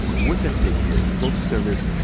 what's at stake here? the postal service,